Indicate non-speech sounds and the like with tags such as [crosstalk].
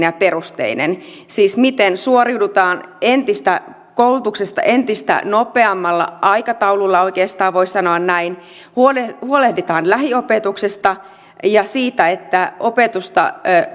[unintelligible] ja perusteinen siis miten suoriudutaan koulutuksesta entistä nopeammalla aikataululla oikeastaan voi sanoa näin huolehditaan huolehditaan lähiopetuksesta ja siitä että kun opetusta